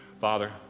Father